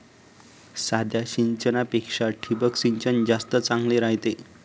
साध्या सिंचनापेक्षा ठिबक सिंचन जास्त चांगले रायते